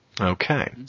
okay